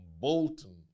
Bolton